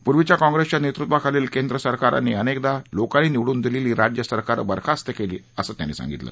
पूर्वीच्या काँग्रेसच्या नेतृत्वाखालील केंद्र सरकरांनी अनेकदा लोकांनी निवडून दिलेली राज्य सरकारं बरखास्त केली असं त्यांनी सांगितलं